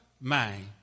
mind